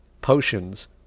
potions